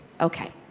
Okay